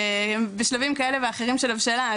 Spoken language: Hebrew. שבשלבים כאלה ואחרים של הבשלה,